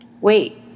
Wait